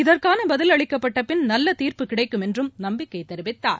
இதற்கான பதில் அளிக்கப்பட்டபின் நல்ல தீர்ப்பு கிடைக்கும் என்றும் நம்பிக்கை தெரிவித்தார்